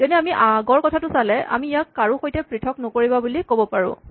যেনে আমি আগৰ কথাটো চালে আমি ইয়াক কাৰো সৈতে পৃথক নকৰিবা বুলি ক'ব পাৰোঁ